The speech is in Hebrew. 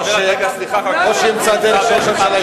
או שנסדר,